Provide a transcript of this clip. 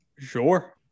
Sure